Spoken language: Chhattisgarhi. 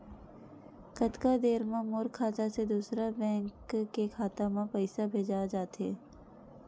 कतका देर मा मोर खाता से दूसरा बैंक के खाता मा पईसा भेजा जाथे?